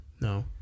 no